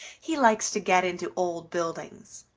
he likes to get into old buildings.